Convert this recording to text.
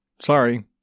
Sorry